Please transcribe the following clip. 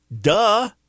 Duh